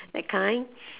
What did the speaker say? that kind